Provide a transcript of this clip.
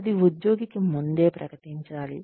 అది ఉద్యోగికి ముందే ప్రకటించాలి